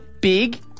Big